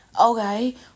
Okay